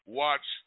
watch